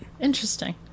Interesting